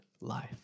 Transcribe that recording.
life